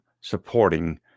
supporting